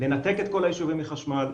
לנתק את כל היישובים לחשמל,